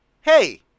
Hey